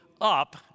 up